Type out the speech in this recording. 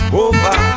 over